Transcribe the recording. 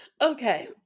Okay